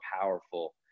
powerful